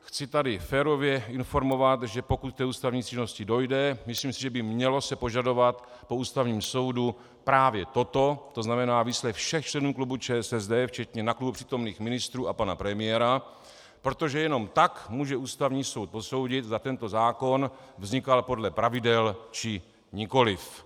Chci tady férově informovat, že pokud k té ústavní stížnosti dojde, myslím si, že by se mělo požadovat po Ústavním soudu právě toto, to znamená výslech všech členů klubu ČSSD, včetně na klubu přítomných ministrů a pana premiéra, protože jenom tak může Ústavní soud posoudit, zda tento zákon vznikal podle pravidel, či nikoliv.